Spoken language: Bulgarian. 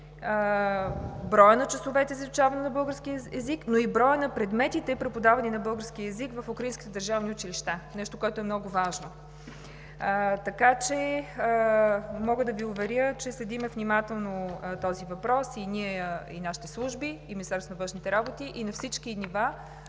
броя на часовете за изучаване на българския език, но и броя на предметите, преподавани на български език в украинските държавни училища – нещо, което е много важно. Мога да Ви уверя, че следим внимателно този въпрос – и ние, и нашите служби, и Министерството на външните работи, и на всички нива,